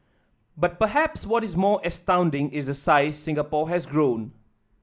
but perhaps what is more astounding is the size Singapore has grown